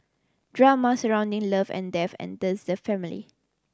drama surrounding love and death enters the family